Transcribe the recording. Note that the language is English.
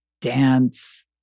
dance